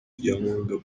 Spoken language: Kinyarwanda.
ibyangombwa